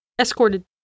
Escorted